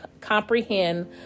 comprehend